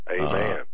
Amen